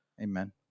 Amen